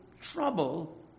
trouble